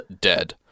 dead